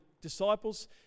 disciples